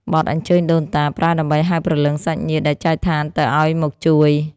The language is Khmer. បទអញ្ជើញដូនតា ប្រើដើម្បីហៅព្រលឹងសាច់ញាតិដែលចែកឋានទៅឱ្យមកជួយ។